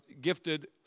gifted